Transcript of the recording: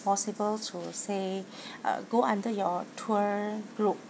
possible to say go under your tour group